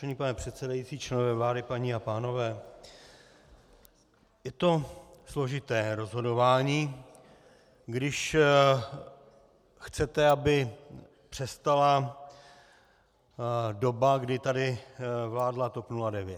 Vážený pane předsedající, členové vlády, paní a pánové, je to složité rozhodování, když chcete, aby přestala doba, kdy tady vládla TOP 09.